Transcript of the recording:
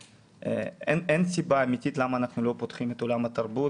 ואין סיבה אמיתית למה אנחנו לא פותחים את עולם התרבות,